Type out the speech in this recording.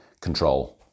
control